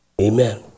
Amen